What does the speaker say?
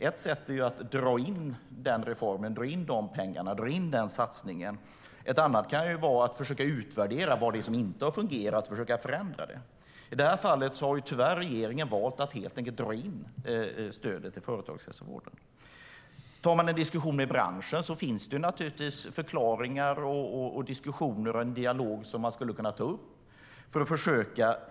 Ett sätt är att dra in reformen, pengarna och satsningen. Ett annat kan vara att utvärdera vad det är som inte har fungerat och försöka att förändra det. I det här fallet har regeringen tyvärr valt att helt enkelt dra in stödet till företagshälsovården. Inom branschen finns det naturligtvis förklaringar, diskussioner och en dialog som man skulle kunna ta upp.